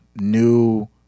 new